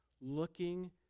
Looking